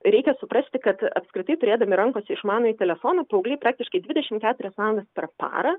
reikia suprasti kad apskritai turėdami rankose išmanųjį telefoną paaugliai praktiškai dvidešim keturias valandas per parą